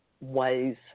ways